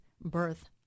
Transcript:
birth